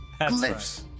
glyphs